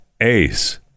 ace